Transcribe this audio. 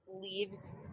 leaves